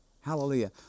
Hallelujah